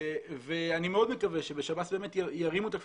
אני מאוד מקווה שבשב"ס ירימו את הכפפה,